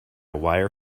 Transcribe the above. wire